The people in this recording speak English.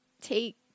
take